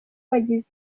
bagize